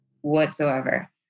whatsoever